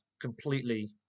completely